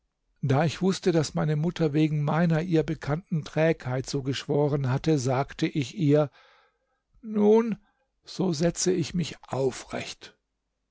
da ich wußte daß meine mutter wegen meiner ihr bekannten trägheit so geschworen hatte sagte ich ihr nun so setze mich aufrecht